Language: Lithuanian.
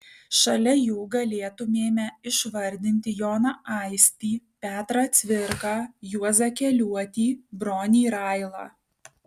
šalia jų galėtumėme išvardinti joną aistį petrą cvirką juozą keliuotį bronį railą